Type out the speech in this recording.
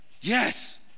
yes